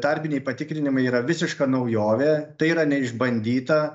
tarpiniai patikrinimai yra visiška naujovė tai yra neišbandyta